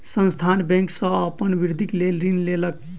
संस्थान बैंक सॅ अपन वृद्धिक लेल ऋण लेलक